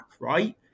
right